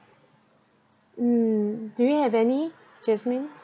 mm do you have any jasmine